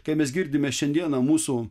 kai mes girdime šiandieną mūsų